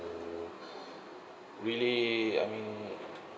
really I mean